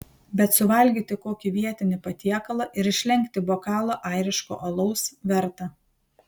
bet suvalgyti kokį vietinį patiekalą ir išlenkti bokalą airiško alaus verta